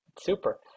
Super